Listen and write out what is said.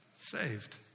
saved